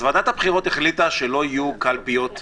ועדת הבחירות החליטה שלא תהיינה קלפיות ניידות.